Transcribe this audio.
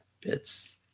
bits